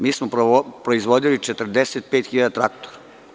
Mi smo proizvodili 45 hiljada traktora.